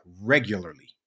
regularly